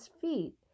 feet